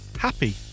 happy